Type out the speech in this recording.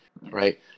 right